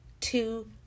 two